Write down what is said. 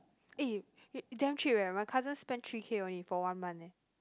eh damn cheap leh my cousin spend three K only for one month leh